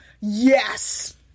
Yes